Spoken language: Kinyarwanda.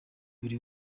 buri